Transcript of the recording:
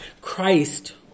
Christ